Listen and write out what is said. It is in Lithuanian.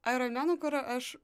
aironmenu kur aš